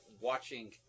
watching